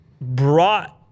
brought